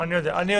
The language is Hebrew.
אני לא יודע.